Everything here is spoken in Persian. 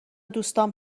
دوستام